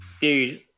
Dude